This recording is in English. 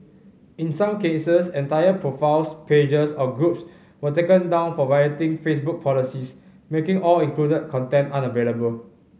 in some cases entire profiles pages or groups were taken down for violating Facebook policies making all included content unavailable